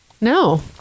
No